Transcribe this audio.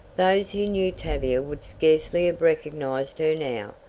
those who knew tavia would scarcely have recognized her now,